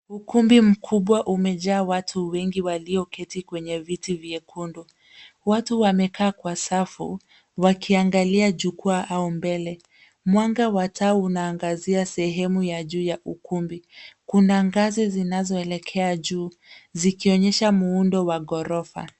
Ukumbi mkubwa umejaa watu wengi walioketi kwenye viti vyekundu. Watu wamekaa kwa safu, wakiangalia jukwaa au mbele. Mwanga wa taa unaangazia sehemu ya juu ya ukumbi. Kuna ngazi zinazoelekea juu zikionyesha muundo wa ghorofa.